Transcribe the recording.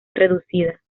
reducida